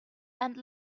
and